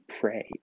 pray